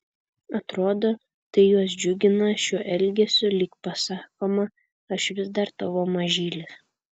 atrodo tai juos džiugina šiuo elgesiu lyg pasakoma aš vis dar tavo mažylis